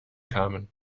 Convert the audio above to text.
kamen